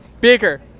Beaker